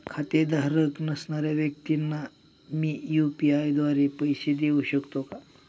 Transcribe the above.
खातेधारक नसणाऱ्या व्यक्तींना मी यू.पी.आय द्वारे पैसे देऊ शकतो का?